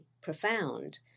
profound